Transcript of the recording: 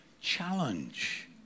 challenge